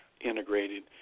integrated